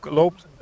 loopt